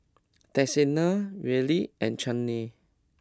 Texanna Reilly and Chana